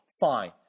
Fine